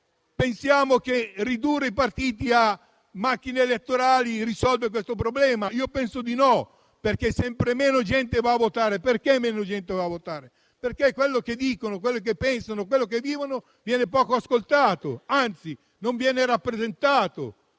Pensiamo che ridurre i partiti a macchine elettorali risolverà questo problema? Penso di no, perché sempre meno gente va a votare. Perché questo accade? Perché quello che dicono, che pensano e che vivono viene poco ascoltato, anzi non viene rappresentato.